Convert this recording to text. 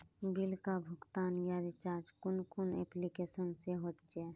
Bill का भुगतान या रिचार्ज कुन कुन एप्लिकेशन से होचे?